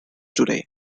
today